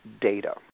data